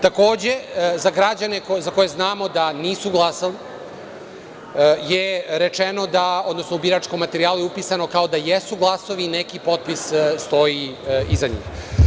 Takođe, za građane za koje znamo da nisu glasali u biračkom materijalu je upisano kao da jesu glasali i neki potpis stoji iza njih.